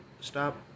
stop